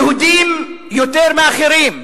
היהודים, יותר מאחרים,